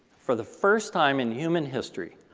for the first time in human history,